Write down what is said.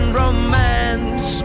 romance